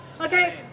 Okay